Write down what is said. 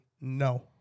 no